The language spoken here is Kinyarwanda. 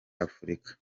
afurika